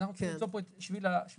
אז אנחנו צריכים למצוא פה את שביל הזהב.